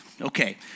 Okay